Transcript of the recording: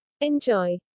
Enjoy